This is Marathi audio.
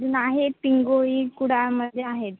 अजून आहे एक पिंगुळी कुडाळमध्ये आहेत